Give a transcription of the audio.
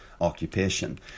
occupation